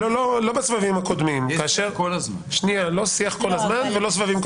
לא בסבבים הקודמים ולא שיח כל הזמן.